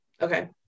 Okay